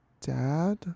dad